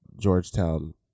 Georgetown